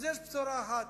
אז יש בשורה אחת,